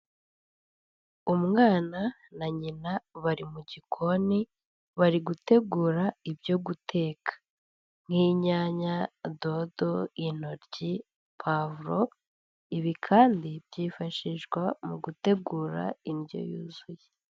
Umwana na nyina bari mu gikoni, bari gutegura ibyo guteka nk'inyanya, dodo, intoryi, pavuro, ibi kandi byifashishwa mu gutegura indyo yuzuye.